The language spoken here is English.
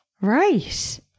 Right